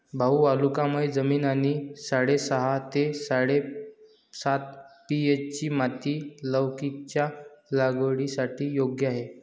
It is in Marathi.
भाऊ वालुकामय जमीन आणि साडेसहा ते साडेसात पी.एच.ची माती लौकीच्या लागवडीसाठी योग्य आहे